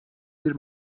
bir